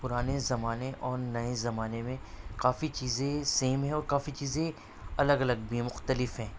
پرانے زمانے اور نئے زمانے میں کافی چیزیں سیم ہیں اور کافی چیزیں الگ الگ بھی ہیں مختلف ہیں